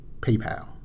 PayPal